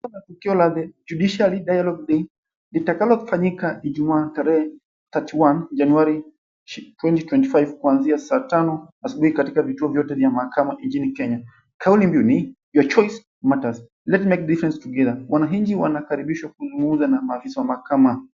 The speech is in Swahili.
Tukio la The Judiciary Dialogue Day litakalofanyika Ijumaa tarehe 31 Januari 2025 kuanzia saa tano asubuhi katika vituo vyote vya mahakama nchini Kenya. Kauli mbiu ni, Your voice matters. Let's make a difference together . Wananchi wanakaribishwa kuzungumza na maafisa wa mahakama.